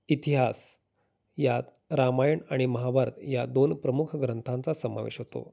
इतिहास यात रामायण आणि महाभारत या दोन प्रमुख ग्रंथांचा समावेश होतो